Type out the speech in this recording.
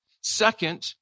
Second